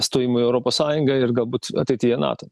stojimui į europos sąjungą ir galbūt ateityje nato